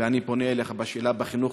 אני פונה אליך בשאלה על החינוך,